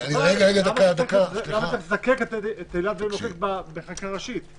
למה אתה מזכיר אותם בחקיקה ראשית?